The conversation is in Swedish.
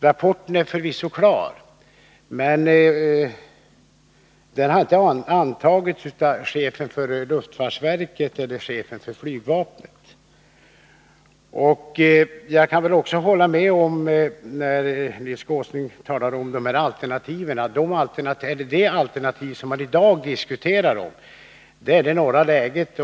Rapporten är förvisso klar, men den har inte antagits av chefen för luftfartsverket eller av chefen för flygvapnet. Jag kan hålla med Nils Åsling när han talar om alternativen. Det alternativ som man i dag diskuterar är det norra läget.